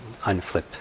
unflip